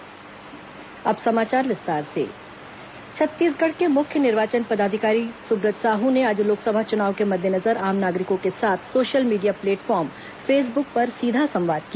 सुब्रत साहू संवाद छत्तीसगढ़ के मुख्य निर्वाचन पदाधिकारी सुब्रत साहू ने आज लोकसभा चुनाव के मद्देनजर आम नागरिकों के साथ सोशल मीडिया प्लेटफॉर्म फेसबुक पर सीधा संवाद किया